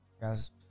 Guys